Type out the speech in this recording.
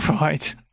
Right